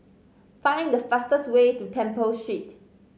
find the fastest way to Temple Street